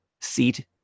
seat